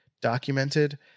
documented